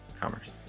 commerce